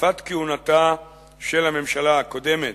בתקופת כהונתה של הממשלה הקודמת.